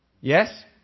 Yes